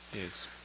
Yes